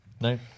no